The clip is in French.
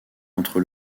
entre